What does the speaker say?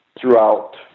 throughout